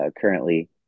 currently